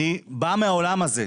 אני בא מהעולם הזה.